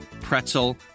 pretzel